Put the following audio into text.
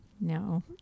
No